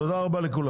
תודה רבה לכולם.